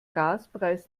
gaspreis